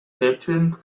capturing